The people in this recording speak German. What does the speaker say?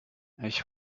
ich